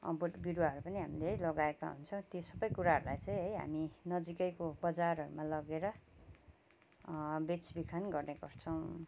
बोट बिरुवाहरू पनि हामीले है लगाएका हुन्छौँ त्यो सबै कुराहरूलाई चाहिँ है हामी नजिकैको बजारहरूमा लगेर बेच बिखान गर्ने गर्छौँ